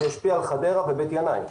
זה ישפיע על חדרה ועל בית ינאי.